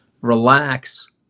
relax